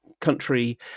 country